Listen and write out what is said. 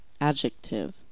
Adjective